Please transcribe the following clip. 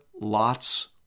Lot's